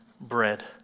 bread